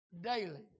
daily